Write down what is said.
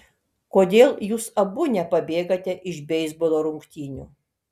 kodėl jūs abu nepabėgate iš beisbolo rungtynių